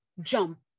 jump